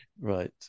right